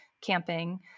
camping